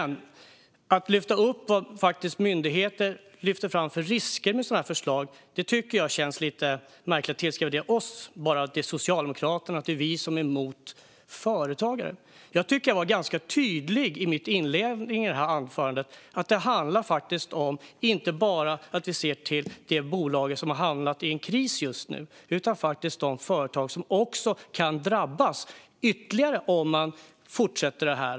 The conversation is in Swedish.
När myndigheter lyfter fram risker med sådana här förslag tycker jag att det känns lite märkligt att tillskriva oss i Socialdemokraterna dessa uppfattningar och säga att vi är emot företagare. Jag tycker att jag var ganska tydlig i mitt inledande anförande. Det handlar inte bara om att vi ser till de bolag som har hamnat i kris just nu, utan företag kan drabbas ytterligare om man fortsätter med det här.